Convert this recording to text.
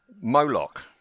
Moloch